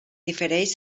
difereix